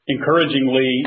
Encouragingly